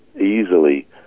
easily